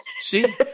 see